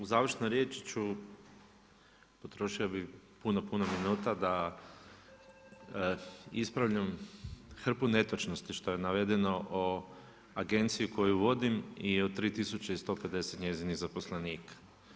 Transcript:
U završnoj riječi ću, potrošio bi puno puno minuta da ispravljam hrpu netočnosti, što je navedeno o agenciji koju vodim i o 3150 njezinih zaposlenika.